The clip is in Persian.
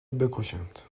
بکشند